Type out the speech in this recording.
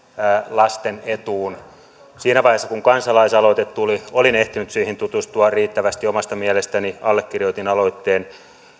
lasten etuun siinä vaiheessa kun kansalaisaloite tuli olin ehtinyt siihen tutustua riittävästi omasta mielestäni allekirjoitin aloitteen